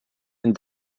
and